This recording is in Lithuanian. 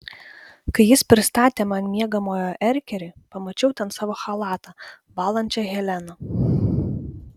kai jis pristatė man miegamojo erkerį pamačiau ten savo chalatą valančią heleną